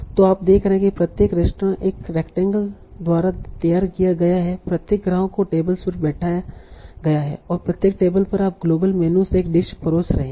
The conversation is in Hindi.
तों आप देख रहे हैं कि प्रत्येक रेस्तरां एक रेक्टेंगल द्वारा तैयार किया गया है प्रत्येक ग्राहक को टेबल्स पर बैठाया गया है और प्रत्येक टेबल पर आप ग्लोबल मेनू से एक डिश परोस रहे हैं